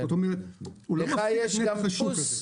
יש לך גם דפוס?